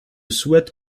souhaite